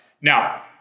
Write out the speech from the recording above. Now